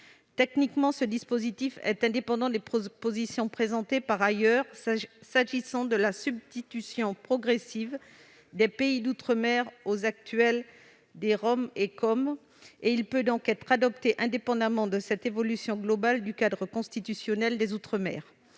Techniquement, ce dispositif est indépendant des propositions présentées par ailleurs s'agissant de la substitution progressive des « pays d'outre-mer » aux actuels DROM et COM. Il peut donc être adopté indépendamment de cette évolution globale du cadre constitutionnel des outre-mer,